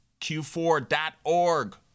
q4.org